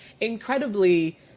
incredibly